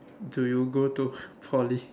do you go to Poly